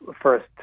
first